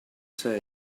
say